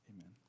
Amen